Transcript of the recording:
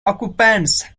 occupants